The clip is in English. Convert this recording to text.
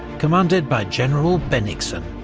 commanded by general bennigsen.